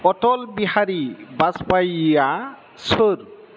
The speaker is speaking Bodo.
अटल बिहारि बाजपायिआ सोर